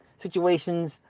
situations